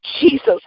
Jesus